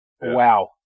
Wow